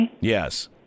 Yes